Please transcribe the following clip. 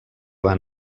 van